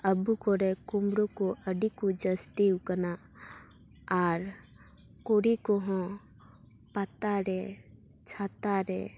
ᱟᱵᱚ ᱠᱚᱨᱮ ᱠᱩᱸᱵᱽᱲᱩ ᱠᱚ ᱟ ᱰᱤ ᱠᱚ ᱡᱟᱹᱥᱛᱤ ᱟᱠᱟᱱᱟ ᱟᱨ ᱠᱩᱲᱤ ᱠᱚᱦᱚᱸ ᱯᱟᱛᱟ ᱨᱮ ᱪᱷᱟᱛᱟ ᱨᱮ